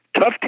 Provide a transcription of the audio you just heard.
tough